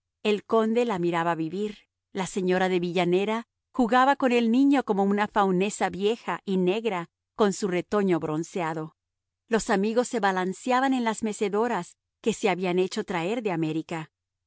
el conde la miraba vivir la señora de villanera jugaba con el niño como una faunesa vieja y negra con su retoño bronceado los amigos se balanceaban en las mecedoras que se habían hecho traer de américa